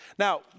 Now